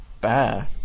Bye